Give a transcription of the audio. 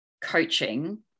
coaching